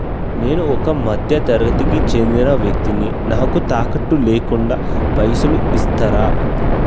నేను ఒక మధ్య తరగతి కి చెందిన వ్యక్తిని నాకు తాకట్టు లేకుండా పైసలు ఇస్తరా?